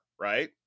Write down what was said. right